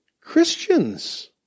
Christians